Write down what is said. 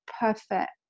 perfect